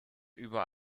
über